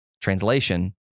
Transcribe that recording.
translation